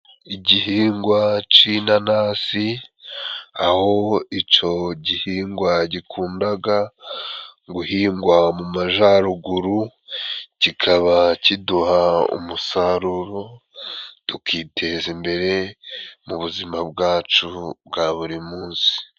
Igihingwa c'inanasi aho ico gihingwa gikundaga guhingwa mu majaruguru kikaba kiduha umusaruro tukiteza imbere mu buzima bwacu bwa buri munsi.